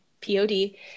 P-O-D